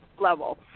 level